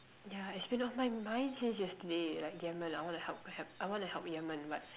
yeah it's been on my mind since yesterday like Yemen I wanna help help I wanna help Yemen but